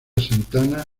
santana